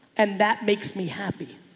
and that makes me happy.